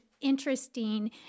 interesting